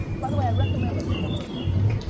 by the way, i recommend like smaller groups.